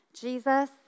Jesus